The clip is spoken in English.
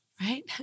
right